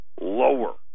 lower